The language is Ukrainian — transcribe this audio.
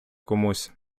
комусь